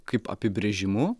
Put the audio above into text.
kaip apibrėžimu